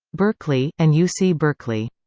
berkeley, and u c. berkeley,